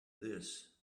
this